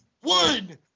one